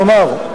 נאמר,